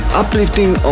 uplifting